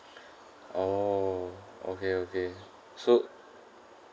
oo okay okay so